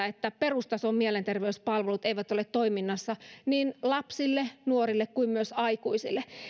että perustason mielenterveyspalvelut eivät ole toiminnassa sen enempää lapsille nuorille kuin aikuisillekaan